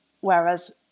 whereas